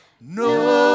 No